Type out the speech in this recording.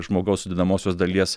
žmogaus sudedamosios dalies